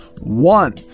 One